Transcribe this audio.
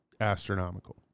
astronomical